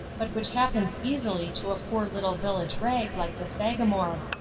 but which happens easily to a poor little village rag like the sagamore.